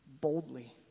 boldly